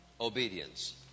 obedience